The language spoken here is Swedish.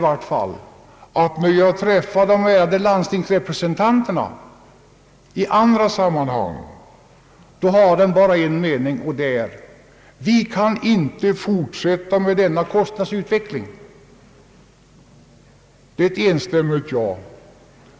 När jag träffar de ärade landstingsrepresentanterna i andra sammanhang har de bara en mening, nämligen den att vi inte kan låta denna kostnadsutveckling fortsätta. Det är en enstämmig uppfattning.